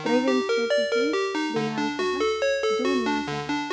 त्रयोविंशतिः दिनाङ्कः जून् मासः